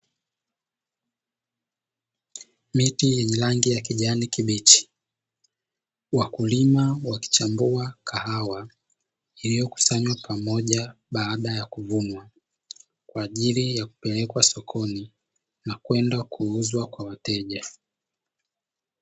Miti yenye rangi ya kijani kibichi, wakulima wakichambua kahawa iliyokusanywa pamoja baada ya kuvunwa. Kwa ajili ya kupelekwa sokoni na kwenda kuuzwa kwa wateja.